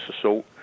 assault